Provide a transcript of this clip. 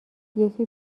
یکی